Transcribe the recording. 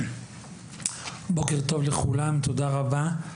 בוקר טוב לכולם, תודה רבה.